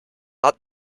hat